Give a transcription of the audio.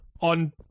on